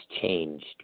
changed